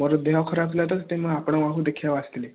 ମୋର ଦେହ ଖରାପ ଥିଲା ତ ସେଥିପାଇଁ ମୁଁ ଆପଣଙ୍କ ପାଖକୁ ଦେଖେଇବାକୁ ଆସିଥିଲି